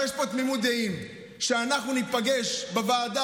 אבל יש פה תמימות דעים שאנחנו ניפגש בוועדה